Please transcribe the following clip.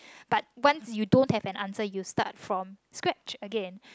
but once you don't have an answer you start from sketch again